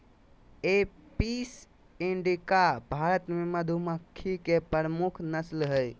Apis इंडिका भारत मे मधुमक्खी के प्रमुख नस्ल हय